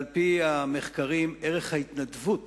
על-פי המחקרים, ערך ההתנדבות